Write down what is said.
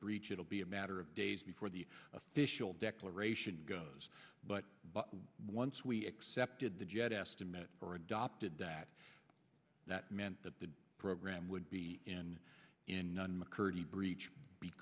breach it'll be a matter of days before the official declaration goes but once we accepted the jet estimate for adopted that that meant that the program would be in in one mccurdy breach